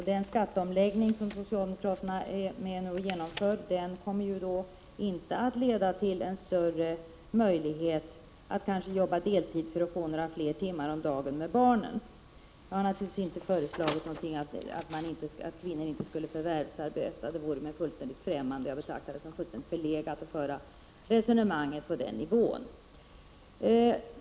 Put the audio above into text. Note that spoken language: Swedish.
Den skatteomläggning som socialdemokraterna nu är med om att genomföra kommer inte att leda till en större möjlighet att arbeta deltid för att få några fler timmar per dag med barnen. Jag har naturligtvis inte föreslagit att kvinnor inte skall förvärvsarbeta. Det är mig fullständigt fträmmande, och jag betraktar det som förlegat att föra ett resonemang på den nivån.